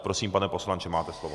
Prosím, pane poslanče, máte slovo.